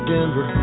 Denver